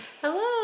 Hello